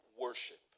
worship